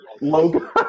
logo